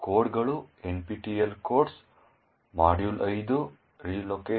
ಕೋಡ್ಗಳು nptel codesmodule5relocgot ನಲ್ಲಿ ಲಭ್ಯವಿರುತ್ತವೆ